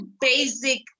basic